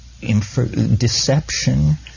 deception